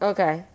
Okay 。